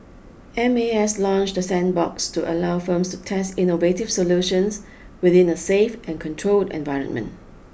M A S launched the sandbox to allow firms to test innovative solutions within a safe and controlled environment